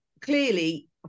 Clearly